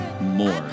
more